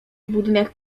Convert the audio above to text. budynek